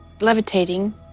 levitating